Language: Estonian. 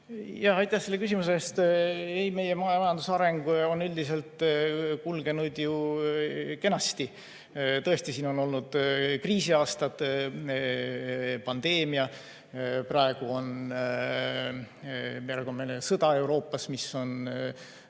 Aitäh selle küsimuse eest! Meie majanduse areng on üldiselt kulgenud ju kenasti. Tõesti, on olnud kriisiaastad, pandeemia, praegu on meil sõda Euroopas, mis on